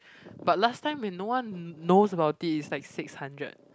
but last time when no one knows about this like six hundred